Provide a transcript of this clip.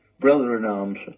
brother-in-arms